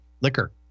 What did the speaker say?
liquor